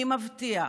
מי מבטיח?